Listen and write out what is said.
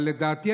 אבל לדעתי,